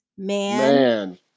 Man